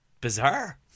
bizarre